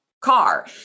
car